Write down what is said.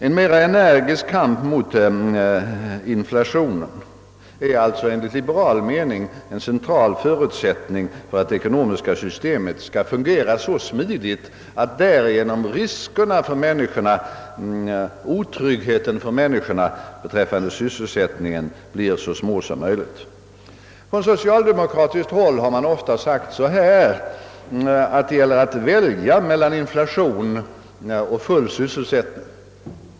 En mer energisk kamp mot inflationen är alltså enligt liberal mening en central förutsättning för att det ekonomiska systemet skall fungera så smidigt att riskerna och otryggheten för människorna beträffande sysselsättningen blir så små som möjligt. Från socialdemokratiskt håll har man ofta sagt, att det gäller att välja mellan inflation och full sysselsättning.